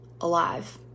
alive